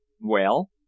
Well